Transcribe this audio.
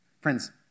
Friends